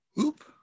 Oop